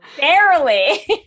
Barely